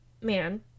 Man